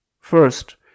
First